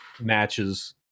matches